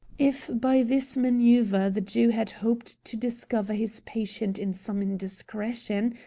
if by this maneuver the jew had hoped to discover his patient in some indiscretion,